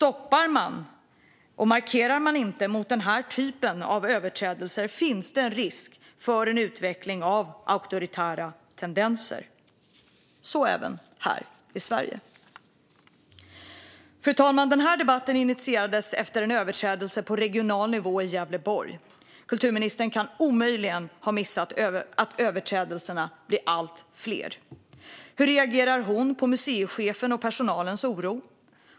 Om man inte markerar mot och stoppar den här typen av överträdelser finns det risk för en utveckling av auktoritära tendenser - så även här i Sverige. Fru talman! Den här debatten initierades efter en överträdelse på regional nivå i Gävleborg. Kulturministern kan omöjligen ha missat att överträdelserna blir allt fler. Hur reagerar hon på museichefens och personalens oro?